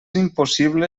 impossible